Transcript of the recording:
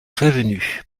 revenue